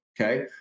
okay